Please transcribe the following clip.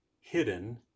hidden